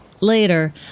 Later